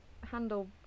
handle